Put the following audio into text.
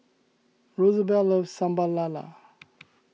Rosabelle loves Sambal Lala